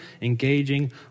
engaging